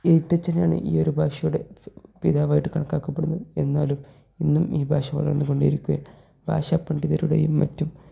എഴുത്തച്ഛനാണ് ഈ ഒരു ഭാഷയുടെ ഫി പിതാവായിട്ട് കണക്കാക്കപ്പെടുന്നത് എന്നാലും ഇന്നും ഈ ഭാഷ വളർന്നു കൊണ്ടേ ഇരിക്കുകയാണ് ഭാഷ പണ്ഠിതരുടെയും മറ്റും